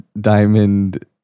diamond